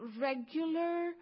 regular